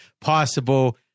Possible